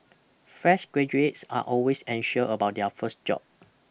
fresh graduates are always anxious about their first job